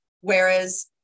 Whereas